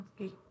Okay